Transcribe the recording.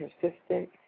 persistent